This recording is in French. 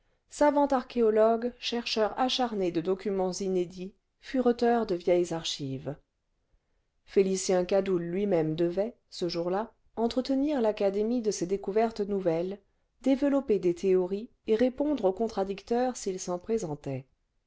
vingtième siècle chercheur acharné de documents inédits fureteur de vieilles archives félicien cadoul lui-même devait ce jour-là entretenir l'académie de ses découvertes nouvelles développer des théories et répondre aux contradicteurs s'il s'en présentait